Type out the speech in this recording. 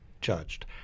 judged